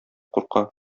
курка